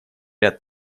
ряд